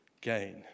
gain